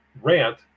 rant